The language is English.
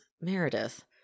Meredith